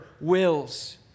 wills